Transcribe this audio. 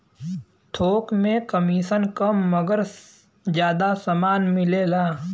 थोक में कमिसन कम मगर जादा समान मिलेला